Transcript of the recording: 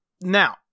Now